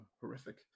horrific